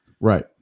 Right